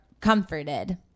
comforted